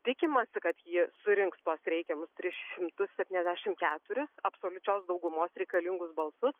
tikimasi kad ji surinks tuos reikiamus tris šimtus septyniasdešim keturis absoliučios daugumos reikalingus balsus